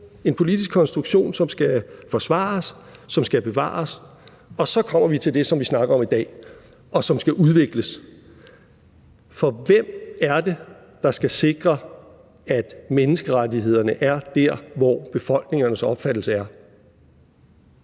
en politisk konstruktion, som skal forsvares, som skal bevares, og som – og så kommer vi til det, vi snakker om i dag – skal udvikles. For hvem er det, der skal sikre, at menneskerettighederne er dér, hvor befolkningernes opfattelse er?